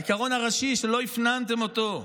העיקרון הראשי, שלא הפנמתם אותו,